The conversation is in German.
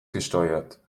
gesteuert